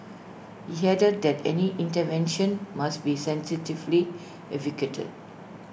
he added that any intervention must be sensitively